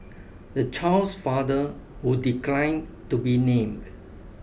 the child's father who declined to be named